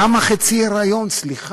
למה חצי היריון, סליחה?